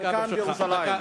בירושלים.